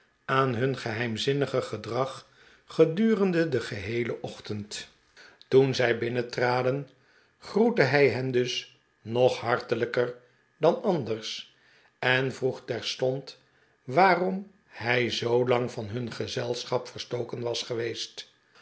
aan hun geheimzinnige gedrag gedurende den geheelen ochtend toen zij binnentraden groette hij hen dus nog hartelijker dan anders en vroeg terstond waarom hij zoolang van hun gezelschap verstoken was geweest